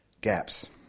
gaps